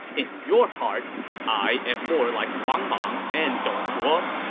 in your heart, i am more like wang mang and dong zhuo.